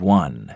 one